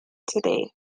today